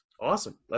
Awesome